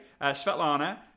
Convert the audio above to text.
Svetlana